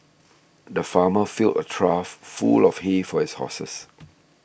the farmer filled a trough full of hay for his horses